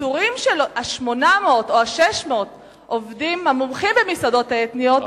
הפיטורים של 800 או 600 העובדים המומחים במסעדות האתניות,